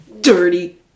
dirty